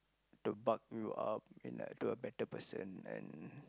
to buck you up in like to a better person and